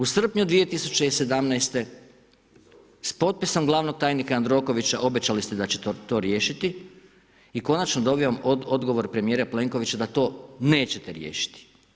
U srpnju 2017. godine s potpisom glavnog tajnika Jandrokovića obećali ste da ćete to riješiti i konačno dobijem odgovor premijera Plenkovića da to nećete riješiti.